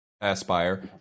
Aspire